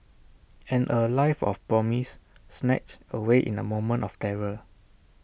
and A life of promise snatched away in A moment of terror